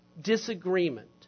Disagreement